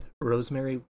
rosemary